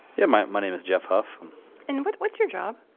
yeah, my my name is jeff huff um and what's what's your job?